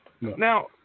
Now